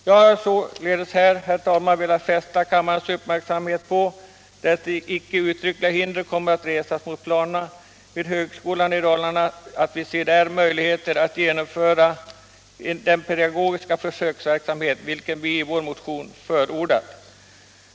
Jag har således, herr talman, velat fästa kammarens uppmärksamhet på att vi — därest uttryckliga hinder kommer att resas mot planerna — vid högskolan i Dalarna ser möjligheter att genomföra den pedagogiska försöksverksamhet som vi i vår motion förordat.